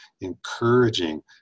encouraging